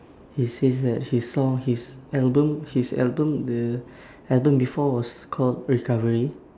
he says that he saw his album his album the album before was called recovery